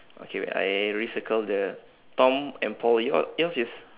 okay wait I recircle the tom and paul your yours is